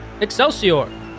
Excelsior